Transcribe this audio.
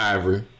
Ivory